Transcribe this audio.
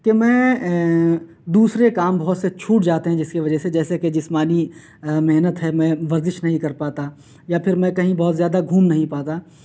کہ میں دوسرے کام بہت سے چھوٹ جاتے ہیں جس کی وجہ سے جیسے کہ جسمانی محنت ہے میں ورزش نہیں کر پاتا یا پھر میں کہیں بہت زیادہ گھوم نہیں پاتا